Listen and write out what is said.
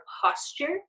posture